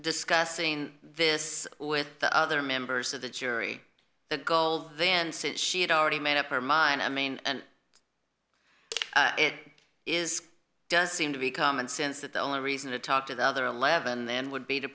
discussing this with the other members of the jury the girl then sit she had already made up her mind i mean and it is does seem to be common sense that the only reason to talk to the other eleven then would be to